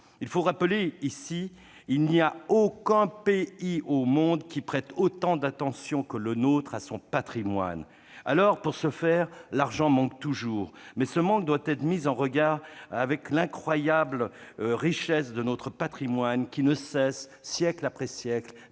Il faut le rappeler ici : aucun pays au monde ne prête autant d'attention que le nôtre à son patrimoine. Alors, pour ce faire, l'argent manque toujours, mais ce manque doit être mis en regard de l'incroyable richesse de notre patrimoine, qui ne cesse, siècle après siècle,